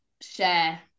share